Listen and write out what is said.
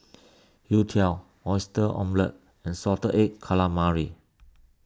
Youtiao Oyster Omelette and Salted Egg Calamari